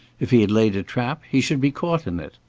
if he had laid a trap, he should be caught in it.